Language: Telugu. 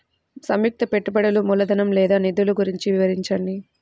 సంయుక్త పెట్టుబడులు మూలధనం లేదా నిధులు గురించి వివరించండి?